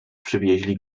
przywieźli